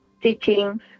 teachings